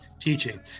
teaching